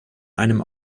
einem